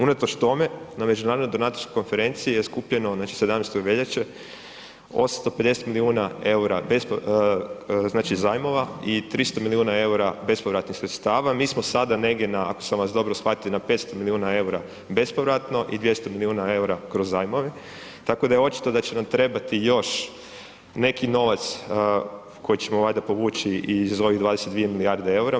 Unatoč tome na međunarodnoj donatorskoj konferenciji je skupljeno, znači 17. veljače 850 milijuna EUR-a znači zajmova i 300 milijuna EUR-a bespovratnih sredstava, mi smo sada negdje na, ako sam vas dobro shvatio, na 500 milijuna EUR-a bespovratno i 200 milijuna EUR-a kroz zajmove, tako da je očito da će nam trebati još neki novac koji ćemo valjda povući iz ovih 22 milijardi EUR-a.